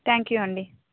thank you అండి